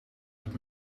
het